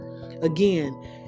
again